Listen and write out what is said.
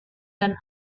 dan